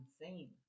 insane